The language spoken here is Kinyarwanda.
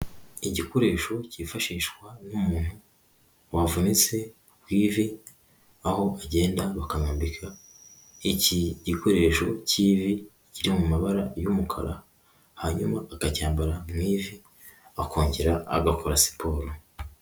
Igikoresho cyifashishwa n'umuntu wavunitse ku ivi, aho agenda bakamwambika iki gikoresho cy'ivi kiri mu mabara y'umukara, hanyuma akaryambara mu ivi akongera agakora siporo.